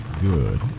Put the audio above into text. Good